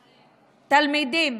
תלמידים,